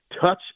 touch